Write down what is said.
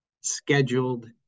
scheduled